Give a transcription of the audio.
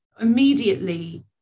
immediately